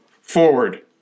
forward